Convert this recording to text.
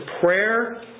prayer